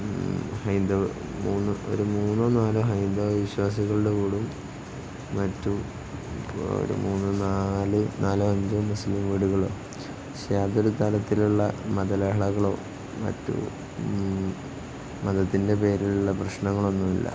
ഒരു മൂന്നോ നാലോ ഹൈന്ദവ വിശ്വാസികളുടെ വീടും മറ്റു ഒരു നാലോ അഞ്ചോ മുസ്ലിം വീടുകളും പക്ഷേ യാതൊരു തരത്തിലുള്ള മതലഹളകളോ മറ്റു മതത്തിൻ്റെ പേരിലുള്ള പ്രശ്നങ്ങളോ ഒന്നുമില്ല